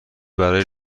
برای